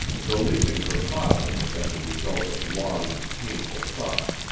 the leaving her father had been the result of long and painful thought.